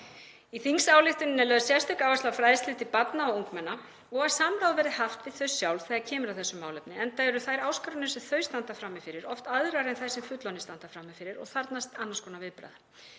Í þingsályktunartillögunni er lögð sérstök áhersla á fræðslu til barna og ungmenna og að samráð verði haft við þau sjálf þegar kemur að þessu málefni, enda eru þær áskoranir sem þau standa frammi fyrir oft aðrar en þær sem fullorðnir standa frammi fyrir og þarfnast annars konar viðbragða.